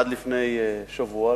עד לפני שבוע,